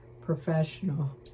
professional